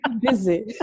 busy